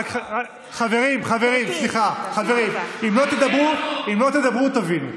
חברים, חברים, סליחה, חברים, אם לא תדברו, תבינו.